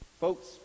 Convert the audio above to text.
folks